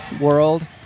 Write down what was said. world